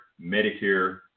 medicare